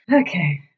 Okay